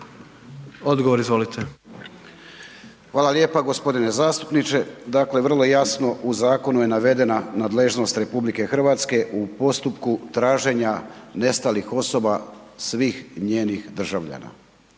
Tomo (HDZ)** Hvala lijepa g. zastupniče. Dakle, vrlo jasno u zakonu je navedena nadležnost RH u postupku traženja nestalih osoba svih njenih državljana.